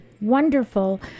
wonderful